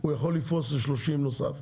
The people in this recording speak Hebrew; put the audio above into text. הוא יכול לפרוס ל-30 נוסף.